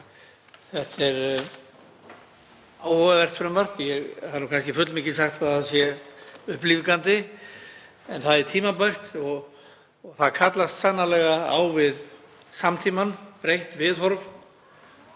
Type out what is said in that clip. Þetta er áhugavert frumvarp, kannski fullmikið sagt að það sé upplífgandi, en það er tímabært og kallast sannarlega á við samtímann, breytt viðhorf